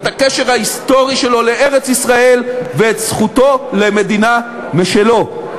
את הקשר ההיסטורי שלו לארץ-ישראל ואת זכותו למדינה משלו.